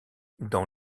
dans